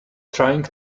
trying